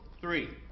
three